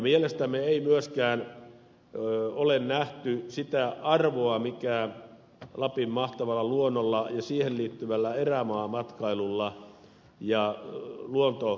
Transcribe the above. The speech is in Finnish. mielestämme ei myöskään ole nähty sitä arvoa mikä lapin mahtavalla luonnolla ja siihen liittyvällä erämaamatkailulla ja luontomatkailulla on